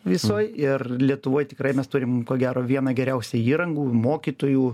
visoj ir lietuvoj tikrai mes turim ko gero vieną geriausią įrangų mokytojų